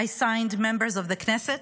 I signed members of the Knesset,